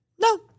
no